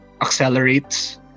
accelerates